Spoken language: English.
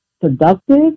productive